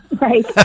Right